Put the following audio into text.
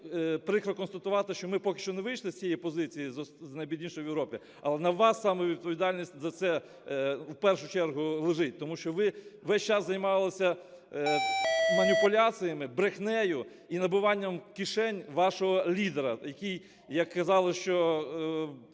прикро констатувати, що ми поки що не вийшли з цієї позиції, з найбіднішої в Європі, але на вас саме відповідальність за це в першу чергу лежить, тому що ви весь час займалися маніпуляціями, брехнею і набиванням кишень вашого лідера, який, як казали, що